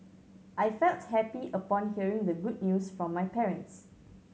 I felt happy upon hearing the good news from my parents